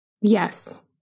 Yes